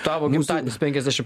tavo gimtadienis penkiasdešimt